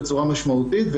בצורה משמעותית,